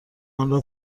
آنرا